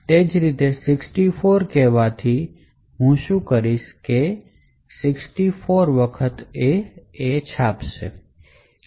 એ જ રીતે 64 કહેવાથી હું કરીશ A 64 વખત આવશે